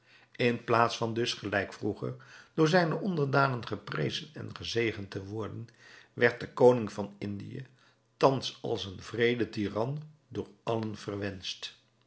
in plaats van dus gelijk vroeger door zijne onderdanen geprezen en gezegend te worden werd de koning van indië thans als een wreede tyran door